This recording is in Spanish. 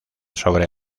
sobre